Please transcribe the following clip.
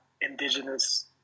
indigenous